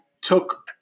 took